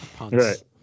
Right